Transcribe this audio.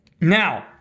Now